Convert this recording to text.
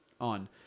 on